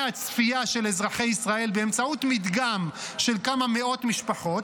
הצפייה של אזרחי ישראל באמצעות מדגם של כמה מאות משפחות.